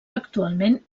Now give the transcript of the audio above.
actualment